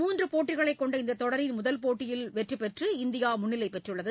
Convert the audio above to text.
மூன்று போட்டிகளைக் கொண்ட இந்த தொடரின் முதல் போட்டியில் வெற்றி பெற்று இந்தியா முன்னிலை பெற்றுள்ளது